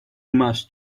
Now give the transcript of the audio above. must